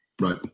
Right